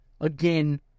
again